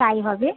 তাই হবে